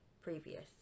previous